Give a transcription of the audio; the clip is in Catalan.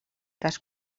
cas